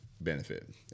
benefit